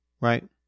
Right